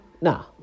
Nah